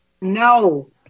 No